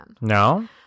No